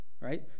right